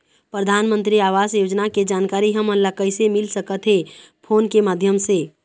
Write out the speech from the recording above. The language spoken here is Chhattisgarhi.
परधानमंतरी आवास योजना के जानकारी हमन ला कइसे मिल सकत हे, फोन के माध्यम से?